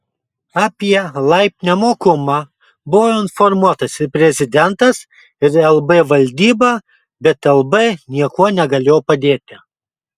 apie laib nemokumą buvo informuotas ir prezidentas ir lb valdyba bet lb niekuo negalėjo padėti